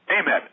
Amen